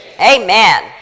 Amen